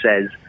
says